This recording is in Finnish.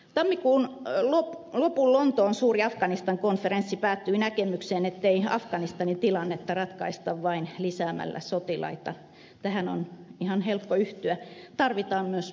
tammikuun lopun lontoon suuri afganistan konferenssi päättyi näkemykseen ettei afganistanin tilannetta ratkaista vain lisäämällä sotilaita tähän on ihan helppo yhtyä tarvitaan myös muita ratkaisuja